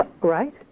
Right